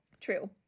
True